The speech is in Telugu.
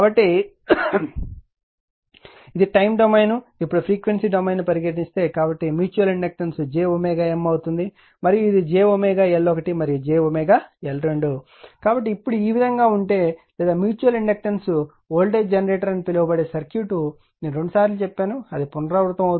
కాబట్టి ఇది టైమ్ డొమైన్ ఇప్పుడు ఫ్రీక్వెన్సీ డొమైన్ ను పరిగణిస్తే కాబట్టి మ్యూచువల్ ఇండక్టెన్స్ j M అవుతుంది మరియు ఇది j L1 మరియు j L2 కాబట్టి ఇప్పుడు ఈ విధంగా ఉంటే లేదా మ్యూచువల్ ఇండక్టెన్స్ వోల్టేజ్ జెనరేటర్ అని పిలవబడే సర్క్యూట్ నేను రెండుసార్లు చెప్పాను అది పునరావృతమవుతుంది